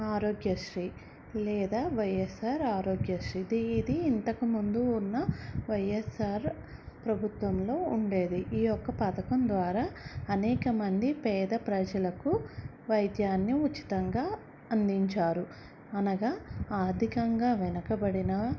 ఆరోగ్యశ్రీ లేదా Y S R Aarogyasri ఇది ఇంతకుముందు ఉన్న వై ఎస్ ఆర్ ప్రభుత్వంలో ఉండేది ఈ యొక్క పథకం ద్వారా అనేకమంది పేద ప్రజలకు వైద్యాన్ని ఉచితంగా అందించారు అనగా ఆర్థికంగా వెనకబడిన